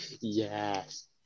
Yes